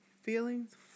Feelings